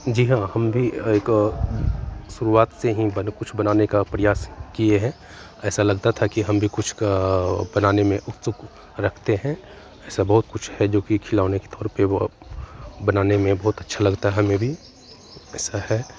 जी हाँ हम भी एक शुरुआत से ही बनो कुछ बनाने का प्रयास किए हैं ऐसा लगता था कि हम भी कुछ बनाने में उत्सुक रखते हैं ऐसा बहुत कुछ है जोकि खिलौने के तौर पे वो अब बनाने में बहुत अच्छा लगता है हमें भी ऐसा है